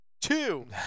two